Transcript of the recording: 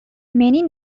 many